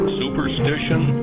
superstition